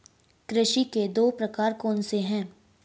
कृषि के दो प्रकार कौन से हैं?